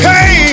Hey